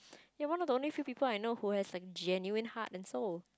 you're one of the only few people I know who has like genuine heart and soul